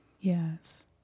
Yes